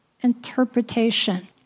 interpretation